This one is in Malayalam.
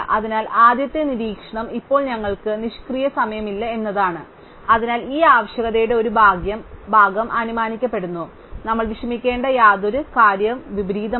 അതിനാൽ ആദ്യത്തെ നിരീക്ഷണം ഇപ്പോൾ ഞങ്ങൾക്ക് നിഷ്ക്രിയ സമയമില്ല എന്നതാണ് അതിനാൽ ഈ ആവശ്യകതയുടെ ഒരു ഭാഗം അനുമാനിക്കപ്പെടുന്നു അതിനാൽ നമ്മൾ വിഷമിക്കേണ്ട ഒരേയൊരു കാര്യം വിപരീതമാണ്